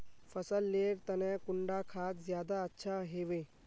फसल लेर तने कुंडा खाद ज्यादा अच्छा हेवै?